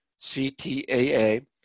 CTAA